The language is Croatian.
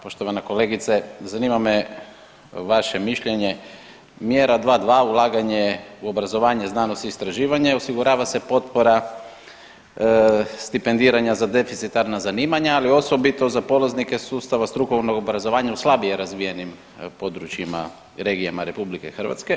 Poštovana kolegice, zanima me vaše mišljenje mjera 2 2 ulaganje u obrazovanje, znanost i istraživanje osigurava se potpora stipendiranja za deficitarna zanimanja, ali osobito za polaznike sustava strukovnog obrazovanja u slabije razvijenim područjima, regijama RH.